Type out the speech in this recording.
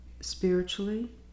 spiritually